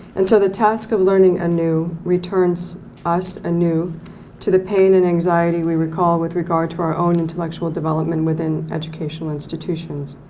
and so the task of learning anew returns us anew to the pain and anxiety we recall with regard to our own intellectual development within educations institutions.